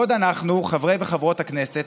בעוד אנחנו, חברי וחברות הכנסת,